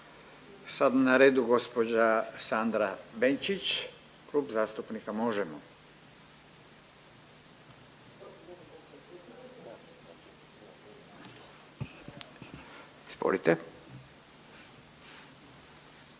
Sad je na redu gospođa Sandra Benčić Klub zastupnika Možemo!.